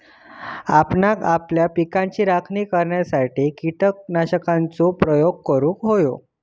आपणांक आपल्या पिकाची राखण करण्यासाठी कीटकनाशकांचो प्रयोग करूंक व्हयो